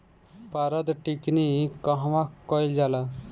पारद टिक्णी कहवा कयील जाला?